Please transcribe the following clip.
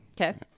Okay